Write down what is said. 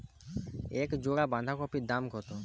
এক জোড়া বাঁধাকপির দাম কত?